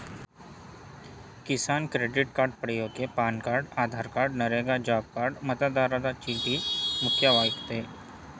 Kisan credit card ಪಡ್ಯೋಕೆ PAN card Aadhaar card NREGA job card ಮತದಾರರ ಗುರುತಿನ ಚೀಟಿ ಮುಖ್ಯವಾಗಯ್ತೆ